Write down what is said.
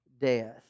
death